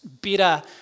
bitter